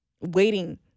Waiting